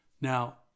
Now